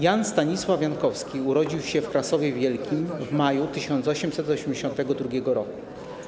Jan Stanisław Jankowski urodził się w Krasowie Wielkim w maju 1882 r.